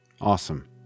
Awesome